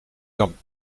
kan